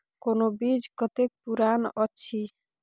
कोनो बीज कतेक पुरान अछि?